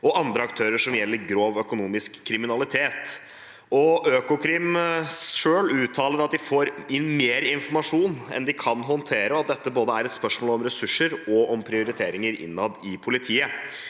og andre aktører som gjelder grov økonomisk kriminalitet. Økokrim uttaler selv at de får inn mer informasjon enn de kan håndtere, og at dette er et spørsmål både om ressurser og om prioriteringer innad i politiet.